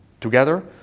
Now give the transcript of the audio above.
together